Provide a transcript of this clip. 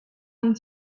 and